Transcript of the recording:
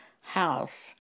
house